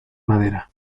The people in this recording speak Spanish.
madera